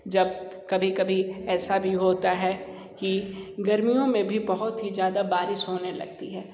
जब कभी कभी ऐसा भी होता है कि गर्मियों में भी बहुत ही ज़्यादा बारिश होने लगती है